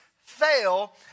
fail